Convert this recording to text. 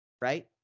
Right